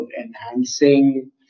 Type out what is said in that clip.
enhancing